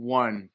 one